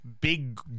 big